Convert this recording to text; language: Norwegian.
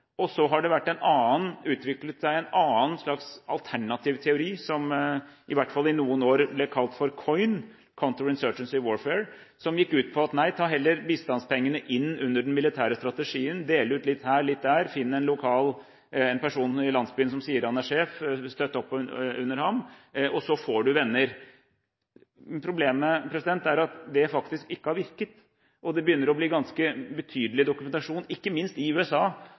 og så har det utviklet seg en alternativ teori, som i hvert fall i noen år ble kalt for COIN – Counterinsurgency Warfare – som gikk ut på: Nei, ta heller bistandspengene inn under den militære strategien, del ut litt her og litt der, finn en lokal person i landsbyen som sier han er sjef, støtt opp under ham, og så får du venner. Men problemet er at det faktisk ikke har virket, og det begynner å bli en ganske betydelig dokumentasjon, ikke minst i USA